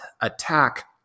attack